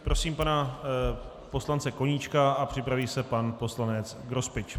Prosím pana poslance Koníčka a připraví se pan poslanec Grospič.